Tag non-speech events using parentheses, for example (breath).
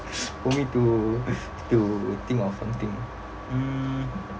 (breath) for me to to think of something mm